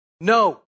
No